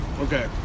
Okay